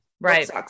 right